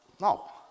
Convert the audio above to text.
No